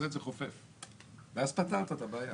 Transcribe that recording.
את זה חופף, ואז פתרת את הבעיה.